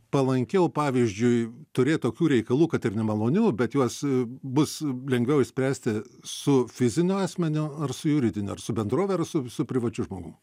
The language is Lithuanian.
palankiau pavyzdžiui turėt tokių reikalų kad ir nemalonių bet juos bus lengviau išspręsti su fiziniu asmeniu ar su juridiniu ar su bendrove ar su su privačiu žmogum